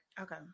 Okay